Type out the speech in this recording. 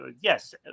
yes